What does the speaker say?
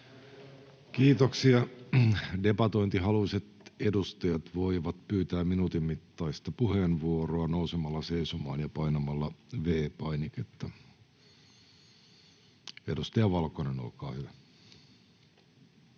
Kiitoksia. — Debatointihaluiset edustajat voivat pyytää minuutin mittaista puheenvuoroa nousemalla seisomaan ja painamalla V-painiketta. — Edustaja Valkonen, olkaa hyvä.